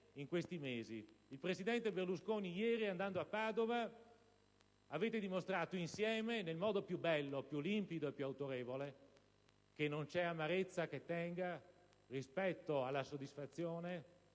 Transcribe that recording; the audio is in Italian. in questi mesi, e il presidente Berlusconi, ieri, andando a Padova avete dimostrato, insieme, nel modo più bello, limpido ed autorevole, che non c'è amarezza che tenga rispetto alla soddisfazione